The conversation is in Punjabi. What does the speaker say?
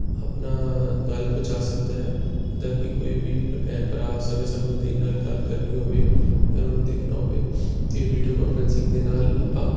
ਆਪਣਾ ਗੱਲ ਪਹੁੰਚਾ ਸਕਦਾ ਹੈ ਜਿੱਦਾਂ ਕਿ ਕੋਈ ਵੀ ਆਪਣੇ ਭੈਣ ਭਰਾ ਸਕੇ ਸਬੰਧੀ ਨਾਲ ਗੱਲ ਕਰਨੀ ਹੋਵੇ ਉਹਨਾਂ ਨੂੰ ਦੇਖਣਾ ਹੋਵੇ ਤਾਂ ਵੀਡੀਓ ਕਾਨਫਰਸਿੰਗ ਦੇ ਨਾਲ ਆਪਾਂ